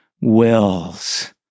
wills